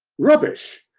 rubbish.